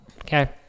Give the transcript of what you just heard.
Okay